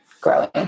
growing